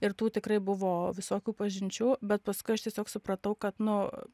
ir tų tikrai buvo visokių pažinčių bet paskui aš tiesiog supratau kad nu